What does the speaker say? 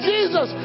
Jesus